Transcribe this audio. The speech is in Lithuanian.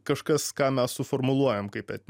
kažkas ką mes suformuluojam kaip et